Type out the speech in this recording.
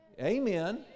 Amen